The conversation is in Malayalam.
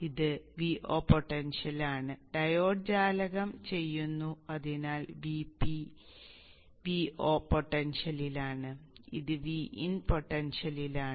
ഇത് Vo പൊട്ടൻഷ്യലിലാണ് ഡയോഡ് ചാലകം ചെയ്യുന്നു അതിനാൽ Vp Vo പൊട്ടൻഷ്യലിലാണ് ഇത് Vin പൊട്ടൻഷ്യലിലാണ്